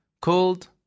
called